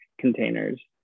containers